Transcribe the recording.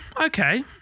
Okay